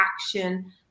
action